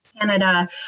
Canada